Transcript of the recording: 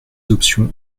options